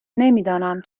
نمیدانم